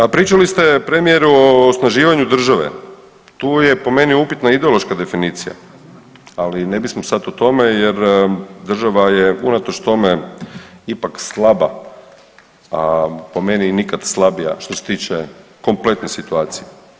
A pričali ste premijeru o osnaživanju države, tu je po meni upitna ideološka definicija, ali ne bismo sad o tome jer država je unatoč tome ipak slaba, a po meni nikad slabija što se tiče kompletne situacije.